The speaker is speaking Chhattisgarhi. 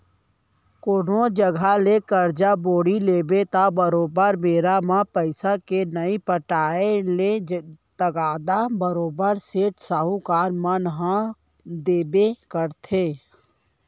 कोनो जघा ले करजा बोड़ी लेबे त बरोबर बेरा म पइसा के नइ पटाय ले तगादा बरोबर सेठ, साहूकार मन ह देबे करथे